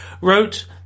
wrote